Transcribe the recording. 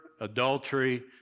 adultery